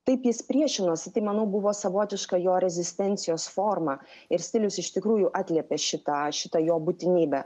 taip jis priešinosi tai manau buvo savotiška jo rezistencijos forma ir stilius iš tikrųjų atliepia šitą šitą jo būtinybę